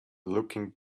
looking